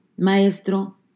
Maestro